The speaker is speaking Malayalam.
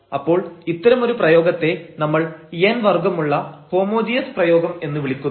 അപ്പോൾ ഇത്തരമൊരു പ്രയോഗത്തെ നമ്മൾ n വർഗ്ഗമുള്ള ഹോമോജീനസ് പ്രയോഗം എന്ന് വിളിക്കുന്നു